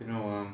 you know um